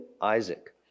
Isaac